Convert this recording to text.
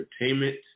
Entertainment